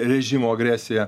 režimo agresija